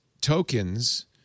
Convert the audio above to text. tokens